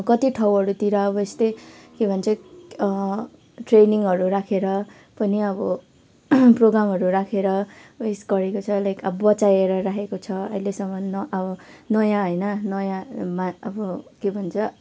कति ठाउँहरूतिर अब यस्तै के भन्छ ट्रेनिङहरू राखेर पनि अब प्रोग्रामहरू राखेर उयस गरेको छ अब लाइक बचाएर राखेको छ र अहिलेसम्म न अब नयाँ होइन नयाँमा अब के भन्छ